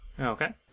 Okay